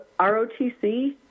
ROTC